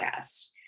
podcast